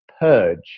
purge